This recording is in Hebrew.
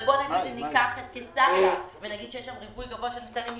ובואו ניקח את קיסריה ונגיד שיש שם ריכוז גבוה של מסתננים,